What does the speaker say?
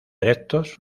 erectos